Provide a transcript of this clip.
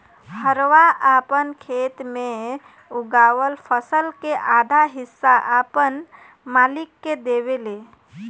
हरवाह आपन खेत मे उगावल फसल के आधा हिस्सा आपन मालिक के देवेले